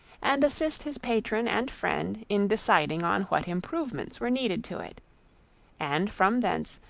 and assist his patron and friend in deciding on what improvements were needed to it and from thence,